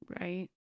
Right